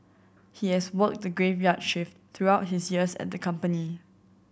he has worked the graveyard shift throughout his years at the company